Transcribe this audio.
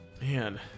Man